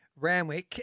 Ramwick